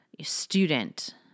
student